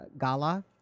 gala